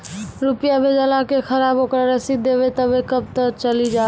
रुपिया भेजाला के खराब ओकरा रसीद देबे तबे कब ते चली जा?